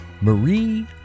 Marie